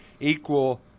equal